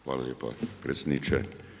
Hvala lijepa predsjedniče.